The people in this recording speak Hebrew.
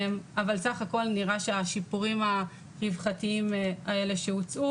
אבל סך הכול נראה שהשיפורים הרווחתיים האלה שהוצעו